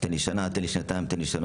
תן לי שנה, תן לי שנתיים, תן לי שלוש.